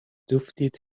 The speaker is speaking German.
duftet